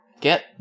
get